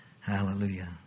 Hallelujah